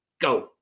Go